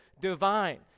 divine